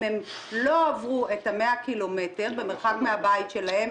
אם הם לא עברו את ה-100 ק"מ מהבית שלהם,